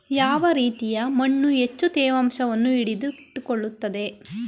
ಯಾವ ರೀತಿಯ ಮಣ್ಣು ಹೆಚ್ಚು ತೇವಾಂಶವನ್ನು ಹಿಡಿದಿಟ್ಟುಕೊಳ್ಳುತ್ತದೆ?